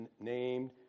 named